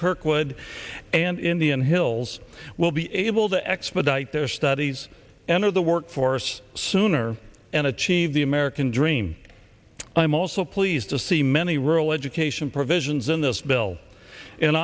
kirkwood and indian hills will be able to expedite their studies enter the workforce sooner and achieve the american dream and i'm also pleased to see many rural education provisions in this bill in